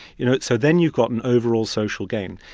you know, so then you've got an overall social gain.